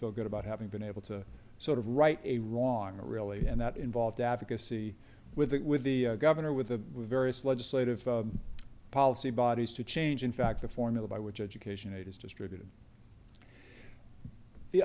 feel good about having been able to sort of right a wrong a really and that involved advocacy with it with the governor with the various legislative policy bodies to change in fact the formula by which education aid is distributed the